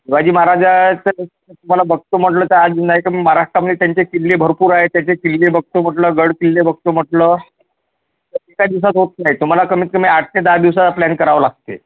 शिवाजी महाराजाचं इतिहास तुम्हाला बघतो म्हटलं तर आज नाही का महाराष्ट्रामध्ये त्यांचे किल्ले भरपूर आहेत त्यांचे किल्ले बघतो म्हटलं गड किल्ले बघतो म्हटलं तर एका दिवसात होत नाही तुम्हाला कमीत कमी आठ ते दहा दिवसाचा प्लॅन करावं लागते